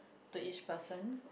to each person